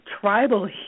tribal